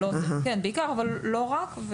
בעיקר, אבל לא רק.